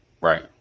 right